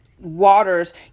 waters